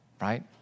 right